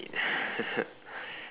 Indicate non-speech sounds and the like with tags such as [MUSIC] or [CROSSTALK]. ya [LAUGHS]